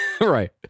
Right